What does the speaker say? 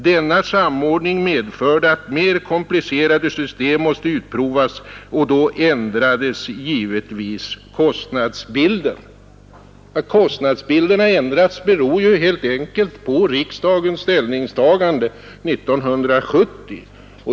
Denna samordning medförde att mera komplicerade system måste utprovas, och då ändrades givetvis kostnadsbilden. Att kostnadsbilden ändrades beror alltså helt enkelt på riksdagens ställningstagande 1970.